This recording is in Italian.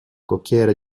cocchiere